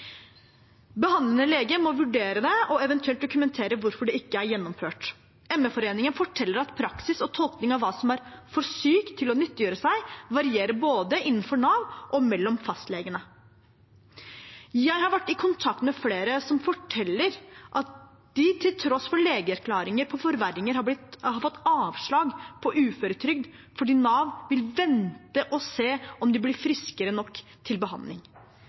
Behandlende lege må vurdere det og eventuelt dokumentere hvorfor det ikke er gjennomført. ME-foreningen forteller at praksis og tolkning av hva som er «for syke til å nyttiggjøre seg», varierer både innenfor Nav og mellom fastlegene. Jeg har vært i kontakt med flere som forteller at de til tross for legeerklæringer på forverringer har fått avslag på uføretrygd fordi Nav vil vente og se om de blir friskere nok til behandling.